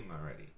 already